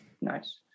Nice